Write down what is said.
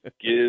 give